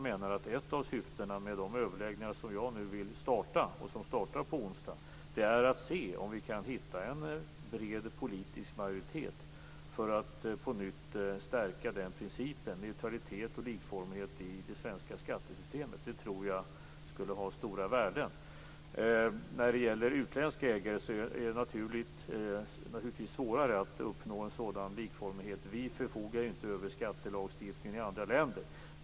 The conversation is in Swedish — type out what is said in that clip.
Ett av syftena i de överläggningar som jag vill starta och som startar på onsdagen är att se om vi kan hitta en bred politisk majoritet för att på nytt stärka den principen. Neutralitet och likformighet i det svenska skattesystemet tror jag skulle ha stora värden. När det gäller utländska ägare är det naturligtvis svårare att uppnå en sådan likformighet. Vi förfogar inte över skattelagstiftningen i andra länder.